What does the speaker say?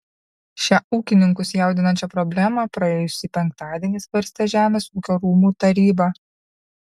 šią ūkininkus jaudinančią problemą praėjusį penktadienį svarstė žemės ūkio rūmų taryba